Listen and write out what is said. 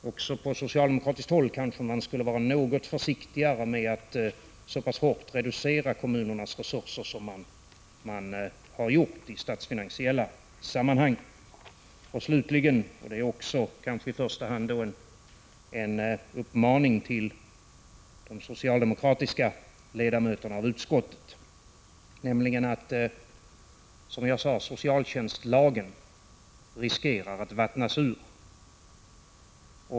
Också på socialdemokratiskt håll kanske man skulle vara något mera försiktig med att så pass hårt reducera kommunernas resurser som man har gjort i statsfinansiella sammanhang. Slutligen en uppmaning, kanske i första hand till de socialdemokratiska ledamöterna i utskottet: Som jag sade riskerar socialtjänstlagen att vattnas ur.